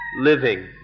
living